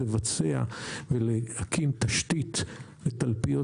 לבצע ולהקים תשתית לתלפיות,